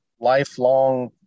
lifelong